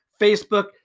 Facebook